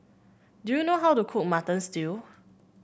do you know how to cook Mutton Stew